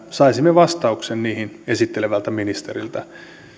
saisimme vastauksen niihin esittelevältä ministeriltä